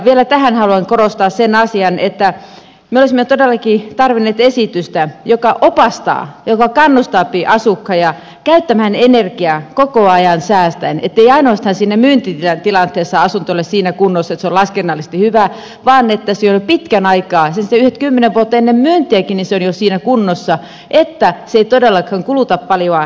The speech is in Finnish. vielä tähän haluan korostaa sen asian että me olisimme todellakin tarvinneet esitystä joka opastaa joka kannustaapi asukkaita käyttämään energiaa koko ajan säästäen ettei ainoastaan siinä myyntitilanteessa asunto ole siinä kunnossa että se on laskennallisesti hyvä vaan että se on jo pitkän aikaa jo kymmenen vuotta ennen myyntiäkin siinä kunnossa että se ei todellakaan kuluta paljoa energiaa